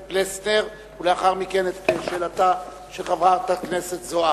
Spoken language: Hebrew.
פלסנר ולאחר מכן את שאלתה של חברת הכנסת זוארץ.